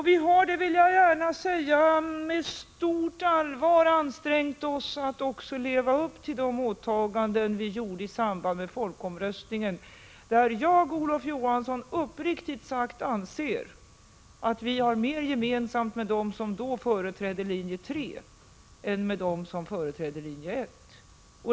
Vi har, vill jag gärna säga, med stort allvar ansträngt oss att också leva upp till de åtaganden vi gjorde i samband med folkomröstningen, varvid jag, Olof Johansson, uppriktigt sagt anser att vi har mer gemensamt med dem som då företrädde linje 3 än med dem som företrädde linje 1.